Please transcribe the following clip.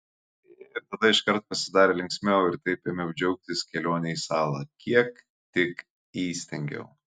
ir tada iškart pasidarė linksmiau ir taip ėmiau džiaugtis kelione į salą kiek tik įstengiau